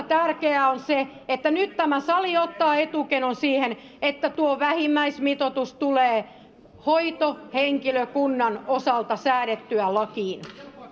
tärkeää on se että nyt tämä sali ottaa etukenon siihen että tuo vähimmäismitoitus tulee hoitohenkilökunnan osalta säädettyä lakiin